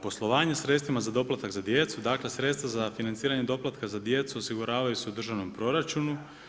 Poslovanje sredstvima za doplatak za djecu, dakle sredstva za financiranje doplatka za djecu osiguravaju se u državnom proračunu.